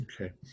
Okay